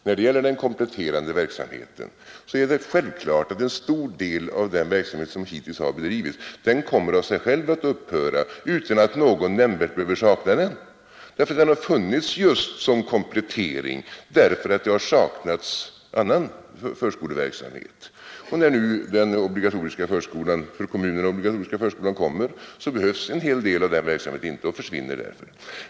När det gäller den kompletterande verksamheten är det självklart att en stor del av den verksamhet, som hittills har bedrivits, av sig själv kommer att upphöra utan att någon nämnvärt behöver sakna den. Den har ju funnits just som komplettering därför att annan förskoleverksamhet har saknats. När nu den för kommunerna obligatoriska förskolan genomförs behövs inte en hel del av den förra och försvinner därför.